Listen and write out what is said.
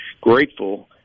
grateful